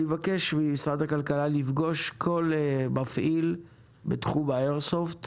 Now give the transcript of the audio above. אני מבקש ממשרד הכלכלה לפגוש כל מפעיל בתחום האיירסופט